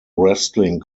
wrestling